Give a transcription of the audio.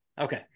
Okay